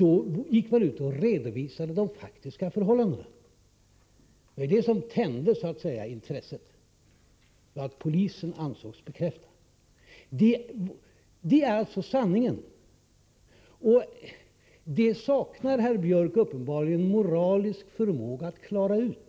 Då gick man ut och redovisade de faktiska förhållandena. Det som så att säga tände intresset var att polisen ansågs bekräfta uppgifterna. Detta är sanningen, och herr Björck saknar uppenbarligen moralisk förmåga att klara ut